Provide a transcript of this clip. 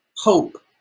Hope